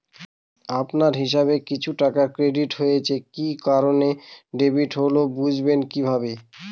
আপনার হিসাব এ কিছু টাকা ক্রেডিট হয়েছে কি কারণে ক্রেডিট হল বুঝবেন কিভাবে?